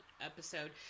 episode